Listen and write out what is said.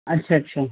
اچھا اچھا